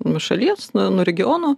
nuo šalies nuo regiono